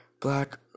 black